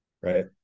right